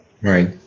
Right